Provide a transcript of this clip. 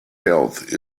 health